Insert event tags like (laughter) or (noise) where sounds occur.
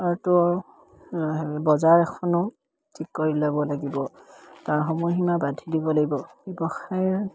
(unintelligible) বজাৰ এখনো ঠিক কৰি ল'ব লাগিব তাৰ সময়সীমা (unintelligible) দিব লাগিব ব্যৱসায়ৰ